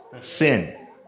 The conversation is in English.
sin